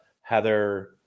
Heather